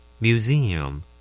Museum